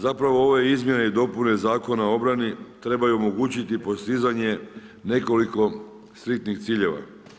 Zapravo ove izmjene i dopune Zakona o obrani trebaju omogućiti postizanje nekoliko striktnih ciljeva.